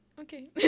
Okay